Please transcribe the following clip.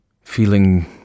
Feeling